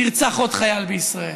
נרצח עוד חייל בישראל?